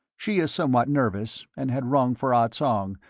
she is somewhat nervous and had rung for ah tsong,